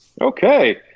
Okay